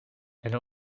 elle